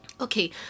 Okay